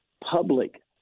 public